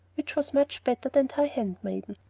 which was much better than thy handmaiden.